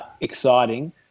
exciting